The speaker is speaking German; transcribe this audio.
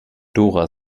dora